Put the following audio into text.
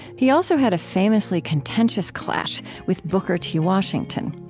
he also had a famously contentious clash with booker t. washington.